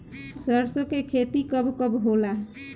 सरसों के खेती कब कब होला?